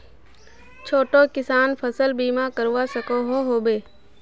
छोटो किसान फसल बीमा करवा सकोहो होबे?